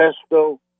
pesto